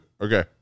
Okay